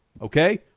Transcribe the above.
Okay